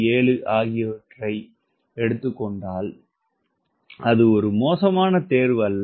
7 ஆகியவற்றை எடுத்துக் கொண்டால் அது மோசமான தேர்வு அல்ல